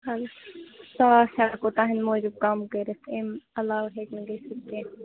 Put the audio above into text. ساس ہٮ۪کَو تُہٕنٛد موجوٗب کَم کٔرِتھ أمۍ علاوٕ ہٮ۪کہِ نہ گٔژھِتھ کیٚنہہ